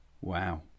Wow